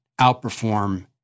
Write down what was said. outperform